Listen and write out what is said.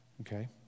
okay